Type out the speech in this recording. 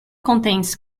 contains